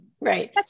Right